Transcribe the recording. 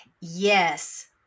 yes